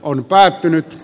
on päättynyt